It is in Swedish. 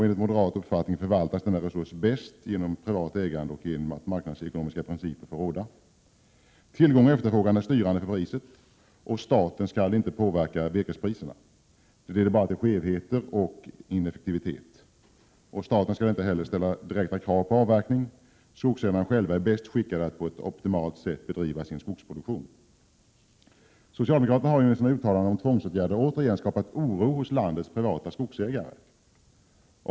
Enligt moderat uppfattning förvaltas denna resurs bäst genom privat ägande och genom tillämpning av marknadsekonomiska principer. Tillgång och efterfrågan är styrande för priset, och staten skall inte påverka virkespriserna. Det leder bara till skevheter och ineffektivitet. Staten skall inte heller ställa direkta krav på avverkning. Skogsägarna själva är bäst skickade att på ett optimalt sätt svara för skogsproduktion. Socialdemokraterna har genom sina uttalanden om tvångsåtgärder återigen skapat oro hos landets privata skogsägare.